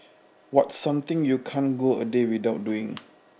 what's something you can't go a day without doing